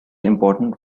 important